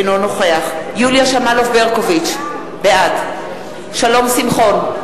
אינו נוכח יוליה שמאלוב-ברקוביץ, בעד שלום שמחון,